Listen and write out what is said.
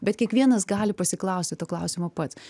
bet kiekvienas gali pasiklausti to klausimo pats